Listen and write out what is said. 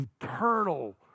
Eternal